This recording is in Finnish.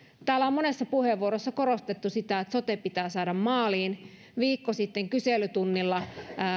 täällä on monessa puheenvuorossa korostettu sitä että sote pitää saada maaliin viikko sitten kyselytunnilla